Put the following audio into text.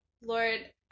Lord